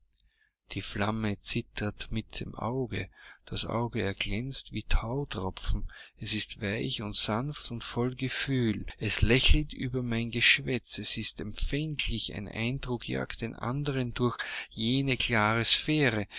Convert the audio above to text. die flamme zittert in dem auge das auge erglänzt wie thautropfen es ist weich und sanft und voll gefühl es lächelt über mein geschwätz es ist empfänglich ein eindruck jagt den andern durch jene